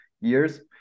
years